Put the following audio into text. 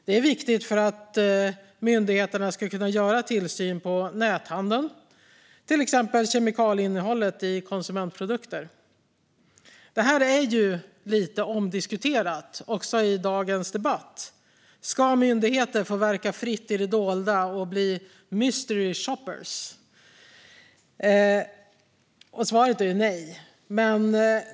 Det är viktigt för att myndigheterna ska kunna utöva tillsyn över näthandeln, till exempel gällande kemikalieinnehållet i konsumentprodukter. Detta är ju lite omdiskuterat, också i dagens debatt. Ska myndigheter få verka fritt i det dolda och bli "mystery shoppers"? Svaret är nej.